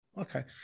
Okay